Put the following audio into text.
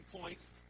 points